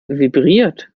vibriert